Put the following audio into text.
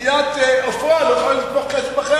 עיריית עופרה לא יכולה לתמוך בכם.